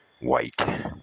white